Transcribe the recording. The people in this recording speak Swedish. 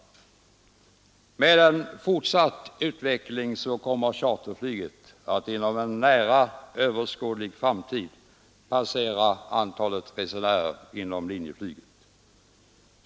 Med en fortsatt utveckling kommer charterflyget att inom en nära framtid passera antalet resenärer inom linjeflyget.